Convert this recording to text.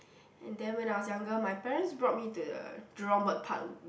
and then when I was younger my parents brought me to the Jurong-Bird-Park